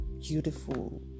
beautiful